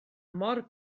mor